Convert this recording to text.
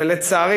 ולצערי,